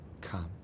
come